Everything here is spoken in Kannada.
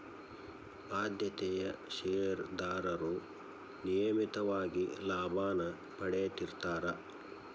ಆದ್ಯತೆಯ ಷೇರದಾರರು ನಿಯಮಿತವಾಗಿ ಲಾಭಾನ ಪಡೇತಿರ್ತ್ತಾರಾ